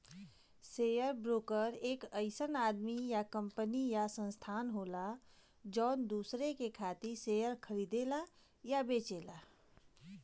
share broker एक अइसन आदमी या कंपनी या संस्थान होला जौन दूसरे के खातिर शेयर खरीदला या बेचला